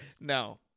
No